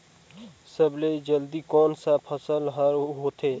सबले जल्दी कोन सा फसल ह होथे?